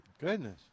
Goodness